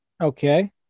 Okay